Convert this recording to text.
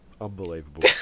unbelievable